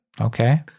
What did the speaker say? Okay